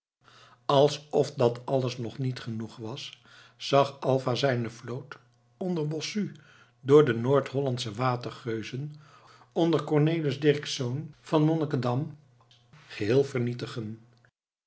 alsof dat alles nog niet genoeg was zag alva zijne vloot onder bossu door de noord-hollandsche watergeuzen onder cornelis dirksz van monnikendam geheel vernietigen